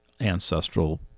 ancestral